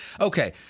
Okay